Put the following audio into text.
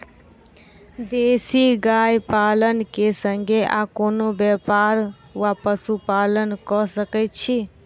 देसी गाय पालन केँ संगे आ कोनों व्यापार वा पशुपालन कऽ सकैत छी?